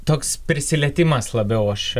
toks prisilietimas labiau aš